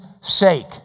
sake